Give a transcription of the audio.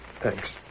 Thanks